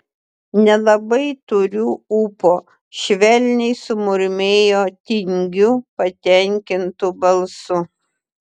nelabai turiu ūpo švelniai sumurmėjo tingiu patenkintu balsu